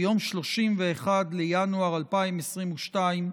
ביום 31 בינואר 2022,